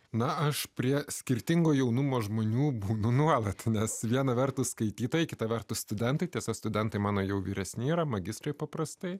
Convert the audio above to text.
na aš prie skirtingo jaunumo žmonių būnu nuolatinės viena vertus skaitytojai kita vertus studentai tiesa studentai mano jau vyresni yra magistrai paprastai